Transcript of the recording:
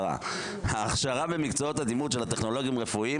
ההכשרה למקצועות הדימות של הטכנולוגים הרפואיים